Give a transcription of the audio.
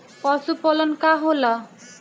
पशुपलन का होला?